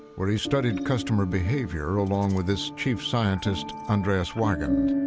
where he studied customer behavior along with his chief scientist andreas weigend.